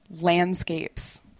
landscapes